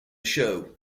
show